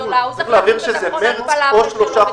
צריך להבהיר שזה מרץ או שלושה חודשים.